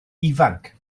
ifanc